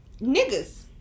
niggas